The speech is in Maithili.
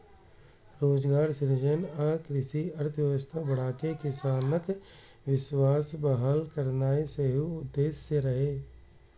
रोजगार सृजन आ कृषि अर्थव्यवस्था बढ़ाके किसानक विश्वास बहाल करनाय सेहो उद्देश्य रहै